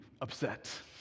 upset